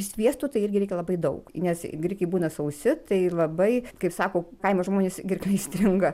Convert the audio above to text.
sviesto tai irgi reikia labai daug nes grikiai būna sausi tai labai kaip sako kaimo žmonės gerklėj stringa